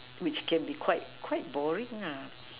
which can be quite quite boring ah